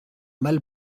mal